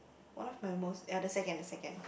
one of my most ya the second the second